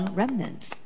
remnants